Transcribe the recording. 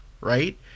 right